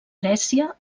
grècia